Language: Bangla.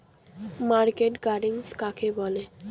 মার্কেট গার্ডেনিং কাকে বলে?